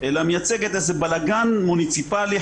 אלא מייצגת איזה בלגן מוניציפלי,